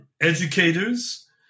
educators